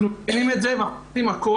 אנחנו מבינים את זה ואנחנו עושים הכול